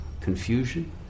confusion